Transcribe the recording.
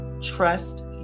Trust